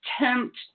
attempt